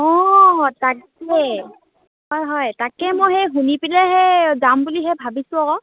অঁ তাকে হয় হয় তাকে মই সেই শুনি পেলাইহে যাম বুলিহে ভাবিছোঁ আকৌ